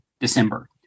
December